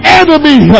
enemy